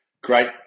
great